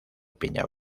peña